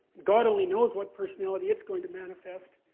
god only knows what personality it's going to manifest.